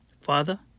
father